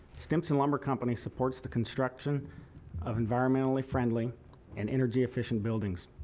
stimson lumber company supports the construction of environmentally friendly and energy efficient buildings.